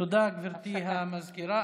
תודה, גברתי המזכירה.